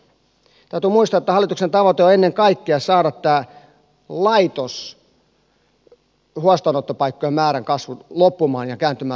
täytyy muistaa että hallituksen tavoite on ennen kaikkea saada tämä laitoshuostaanottopaikkojen määrän kasvu loppumaan ja kääntymään toiseen suuntaan